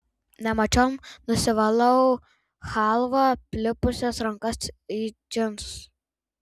nemačiom nusivalau chalva aplipusias rankas į džinsus